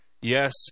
yes